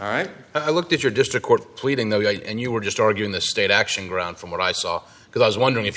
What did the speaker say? all right and i looked at your district court pleading that i did and you were just arguing the state action ground from what i saw because i was wondering if